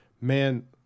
man